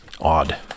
odd